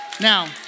Now